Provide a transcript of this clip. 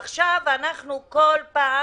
עכשיו, אנחנו כל פעם